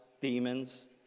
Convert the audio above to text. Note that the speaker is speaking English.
demons